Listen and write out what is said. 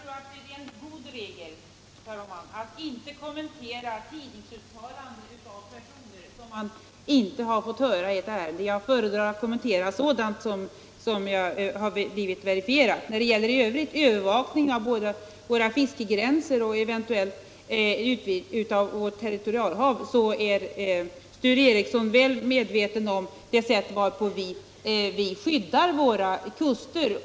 Herr talman! Jag tror det är en god regel att inte kommentera tidningsuttalanden av personer som man inte har fått höra i ett ärende. 97 Jag föredrar att kommentera sådant som har blivit verifierat. När det gäller övervakningen av våra fiskegränser och ett eventuellt utvidgat territorialhav är Sture Ericson väl medveten om på vilket sätt vi skyddar våra kuster.